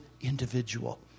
individual